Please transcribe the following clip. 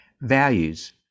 values